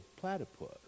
platypus